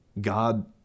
God